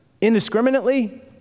indiscriminately